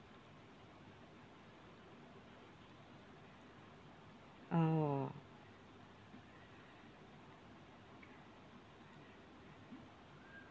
oh